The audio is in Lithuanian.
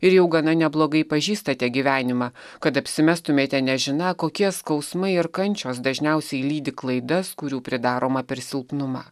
ir jau gana neblogai pažįstate gyvenimą kad apsimestumėte nežiną kokie skausmai ir kančios dažniausiai lydi klaidas kurių pridaroma per silpnumą